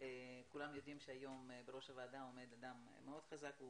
שכולם יודעים שהיום בראש הוועדה עומד אדם מאוד חזק והוא